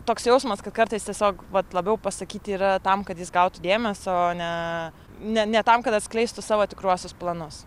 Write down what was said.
toks jausmas kad kartais tiesiog vat labiau pasakyti yra tam kad jis gautų dėmesio o ne ne ne tam kad atskleistų savo tikruosius planus